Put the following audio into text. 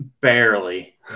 barely